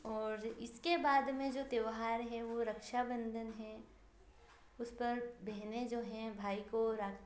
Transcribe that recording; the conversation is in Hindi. और इसके बाद में जो त्योहार है वो रक्षाबंधन है उस पर बहनें जो हैं भाई को